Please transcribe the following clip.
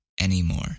anymore